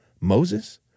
Moses